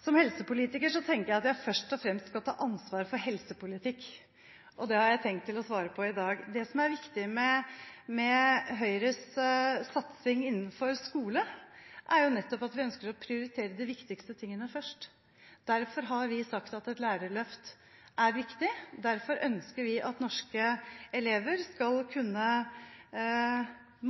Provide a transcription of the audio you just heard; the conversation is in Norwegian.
Som helsepolitiker tenker jeg at jeg først og fremst skal ta ansvar for helsepolitikk, og det har jeg tenkt å svare på i dag. Det som er viktig med Høyres satsing innenfor skole, er jo nettopp at vi ønsker å prioritere de viktigste tingene først. Derfor har vi sagt at et lærerløft er viktig. Derfor ønsker vi at norske elever skal kunne